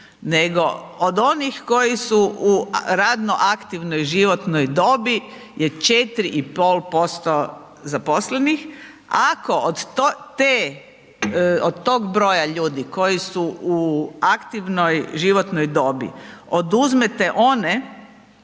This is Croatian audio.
nego od onih koji su u radno aktivnoj životnoj dobi je 4,5% zaposlenih. Ako od tog broja ljudi koji su u aktivnoj životnoj dobi, oduzmete one